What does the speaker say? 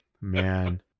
Man